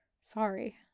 Sorry